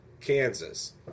kansas